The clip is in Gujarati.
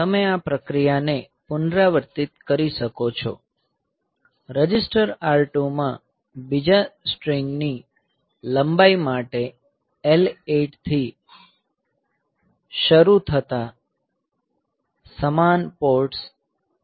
તમે આ પ્રક્રિયા ને પુનરાવર્તિત કરી શકો છો રજિસ્ટર R2 માં બીજા સ્ટ્રિંગની લંબાઈ માટે L8 થી શરૂ થતા સમાન પોર્ટ્સ છે